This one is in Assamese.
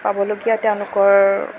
পাবলগীয়া তেওঁলোকৰ